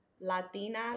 Latina